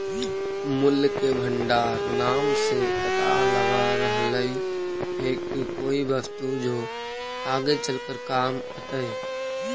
मूल्य के भंडार नाम से पता लग रहलई हे की कोई वस्तु जो आगे चलकर काम अतई